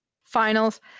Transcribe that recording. finals